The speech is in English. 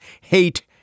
hate